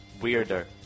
weirder